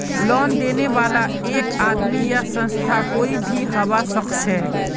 loan देने बाला एक आदमी या संस्था कोई भी हबा सखछेक